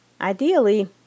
Ideally